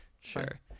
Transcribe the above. Sure